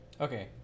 Okay